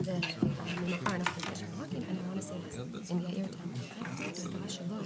אולי עדיף שאני אפילו לא אגיד את מה שאני חושב עכשיו,